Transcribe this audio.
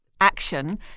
action